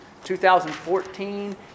2014